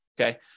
Okay